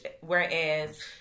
whereas